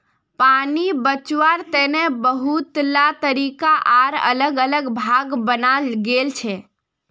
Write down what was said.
पानी बचवार तने बहुतला तरीका आर अलग अलग भाग बनाल गेल छे